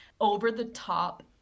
over-the-top